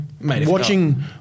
watching